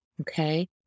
Okay